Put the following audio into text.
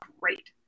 great